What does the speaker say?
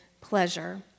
pleasure